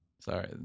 Sorry